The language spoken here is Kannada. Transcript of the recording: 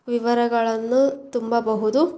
ವಿವರಗಳನ್ನು ತುಂಬಬಹುದು